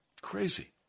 Crazy